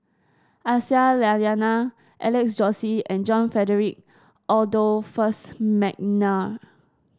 Aisyah Lyana Alex Josey and John Frederick Adolphus McNair